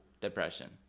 depression